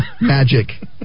Magic